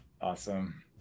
Awesome